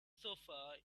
sofa